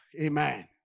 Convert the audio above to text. Amen